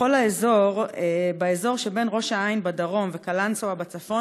בכל האזור שבין ראש-העין בדרום וקלנסואה בצפון